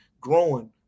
growing